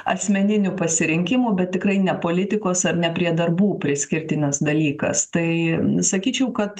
asmeninių pasirinkimų bet tikrai ne politikos ar ne prie darbų priskirtinas dalykas tai sakyčiau kad